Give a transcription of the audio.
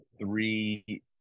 three